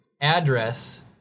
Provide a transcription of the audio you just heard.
Address